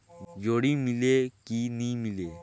जोणी मीले कि नी मिले?